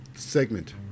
segment